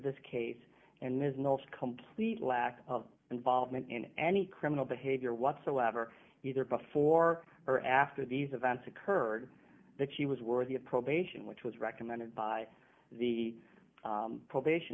this case and the complete lack of involvement in any criminal behavior whatsoever either before or after these events occurred that she was worthy of probation which was recommended by the probation